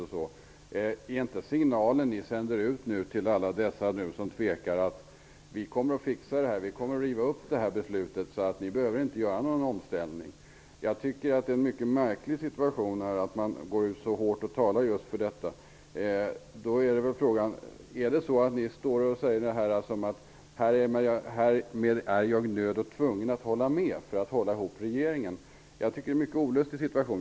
Är inte den signal ni sänder ut till alla som tvekar om vad de skall göra att ni kommer att riva upp beslutet? Därför behöver de inte göra någon omställning. Jag tycker att det är märkligt att man talar så. Är det fråga om att härmed vara nödd och tvungen att hålla med för att hålla ihop regeringen? Jag tycker att det är en mycket olustig situation.